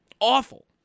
Awful